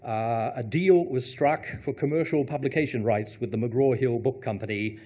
um a deal was struck for commercial publication rights with the mcgraw-hill book company,